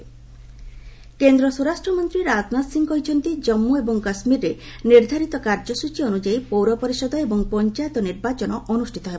ରାଜନାଥ କେକେ ପୋଲ୍ସ କେନ୍ଦ୍ର ସ୍ୱରାଷ୍ଟ୍ର ରାଜନାଥ ସିଂ କହିଛନ୍ତି ଜାମ୍ମୁ ଏବଂ କାଶ୍ମୀରରେ ନିର୍ଦ୍ଧାରିତ କାର୍ଯ୍ୟସୂଚୀ ଅନୁଯାୟୀ ପୌର ପରିଷଦ ଏବଂ ପଞ୍ଚାୟତ ନିର୍ବାଚନ ଅନୁଷ୍ଠିତ ହେବ